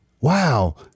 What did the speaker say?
wow